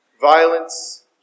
violence